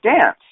dance